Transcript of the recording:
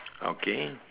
okay